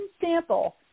sample